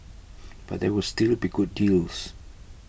but there will still be good deals